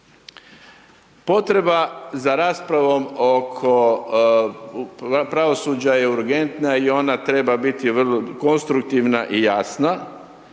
Potreba za raspravom oko pravosuđa je urgentna i ona treba biti konstruktivna i jasna